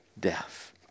death